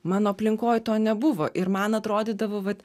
mano aplinkoj to nebuvo ir man atrodydavo vat